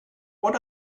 what